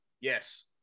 Yes